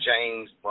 James